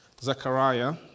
Zechariah